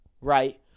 right